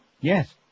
Yes